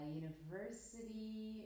university